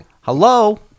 Hello